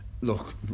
look